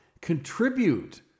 contribute